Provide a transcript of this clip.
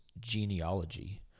genealogy